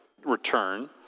return